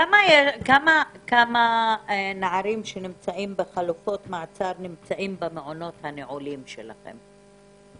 כמה נערים שנמצאים בחלופות מעצר נמצאים במעונות הנעולים שלכם?